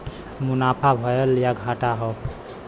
मुनाफा भयल या घाटा हौ